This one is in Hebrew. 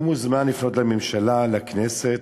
הוא מוזמן לפנות לממשלה, לכנסת,